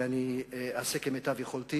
ואני אעשה כמיטב יכולתי